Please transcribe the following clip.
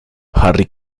harry